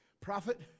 prophet